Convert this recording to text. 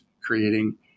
creating